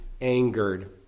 angered